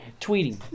tweeting